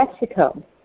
Mexico